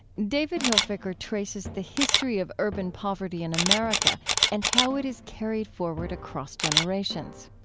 david hilfiker traces the history of urban poverty in america and how it is carried forward across generations.